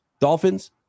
Dolphins